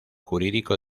jurídico